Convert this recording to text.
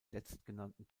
letztgenannten